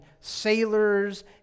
sailors